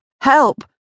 help